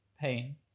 pain